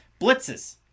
blitzes